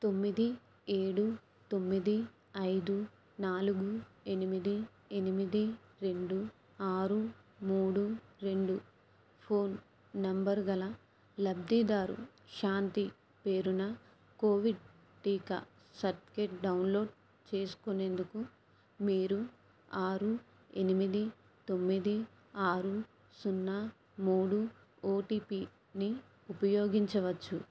తొమ్మిది ఏడు తొమ్మిది ఐదు నాలుగు ఎనిమిది ఎనిమిది రెండు ఆరు మూడు రెండు ఫోన్ నంబరు గల లబ్ధిదారు శాంతి పేరున కోవిడ్ టీకా సర్టిఫికేట్ డౌన్లోడ్ చేసుకునేందుకు మీరు ఆరు ఎనిమిది తొమ్మిది ఆరు సున్నా మూడు ఓటీపీని ఉపయోగించ వచ్చు